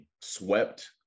swept